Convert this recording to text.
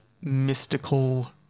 mystical